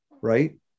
right